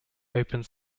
opens